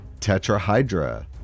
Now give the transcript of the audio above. Tetrahydra